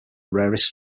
rarest